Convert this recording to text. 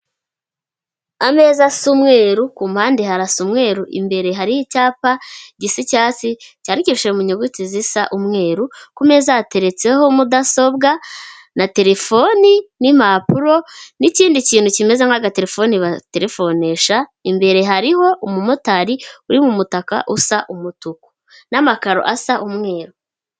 Ameza asa umweru, ku mpande harasa umweru, imbere hari icyapa gisa icyasi cyandikishije mu nyuguti zisa umweru; ku meza hateretseho mudasobwa na telefoni, n'impapuro n'ikindi kintu kimeze nka gatelefoni baterefonesha. Imbere hariho umumotari uri mu mutaka usa umutuku n'amakaro asa umweru.